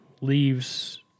leaves